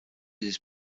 his